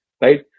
right